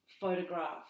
Photograph